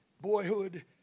boyhood